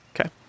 Okay